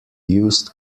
used